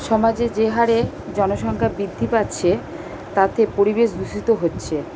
সমাজে যে হারে জনসংখ্যা বৃদ্ধি পাচ্ছে তাতে পরিবেশ দূষিত হচ্ছে